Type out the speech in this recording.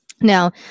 Now